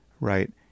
right